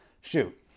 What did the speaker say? shoot